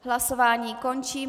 Hlasování končím.